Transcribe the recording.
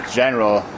general